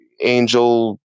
Angel